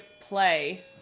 play